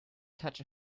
touch